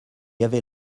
avait